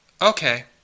okay